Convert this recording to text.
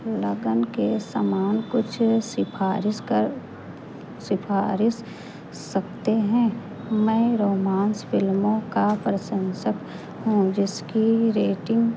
लगान के समान कुछ सिफ़ारिश कर सिफ़ारिश सकते हैं मैं रोमान्स फ़िल्मों का प्रशंसक हूँ जिसकी रेटिन्ग